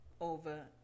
over